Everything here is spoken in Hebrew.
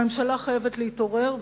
הממשלה חייבת להתעורר,